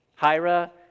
Hira